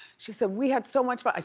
she said we had so much but